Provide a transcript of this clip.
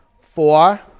Four